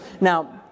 Now